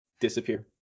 disappear